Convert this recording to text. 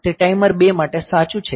તે ટાઈમર 2 માટે સાચું છે